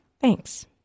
thanks